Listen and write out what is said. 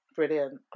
Brilliant